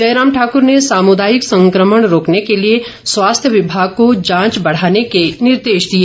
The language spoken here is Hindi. जयराम ठाकर ने सामुदायिक संक्रमण रोकने के लिए स्वास्थ्य विमाग को जांच बढ़ाने के निर्देश दिए